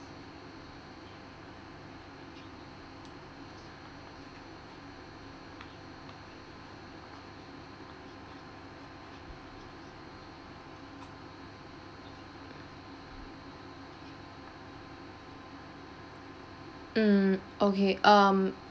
mm okay um